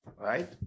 right